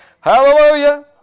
Hallelujah